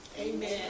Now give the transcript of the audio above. Amen